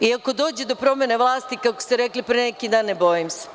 I ako dođe do promene vlasti, kako ste rekli pre neki dan, ne bojim se.